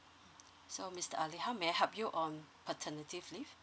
so mister ali how may I help you on paternity leave